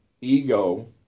Ego